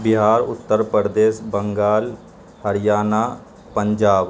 Bihar Uttar Pradesh Bengal Haryana Punjab